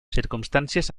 circumstàncies